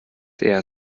eher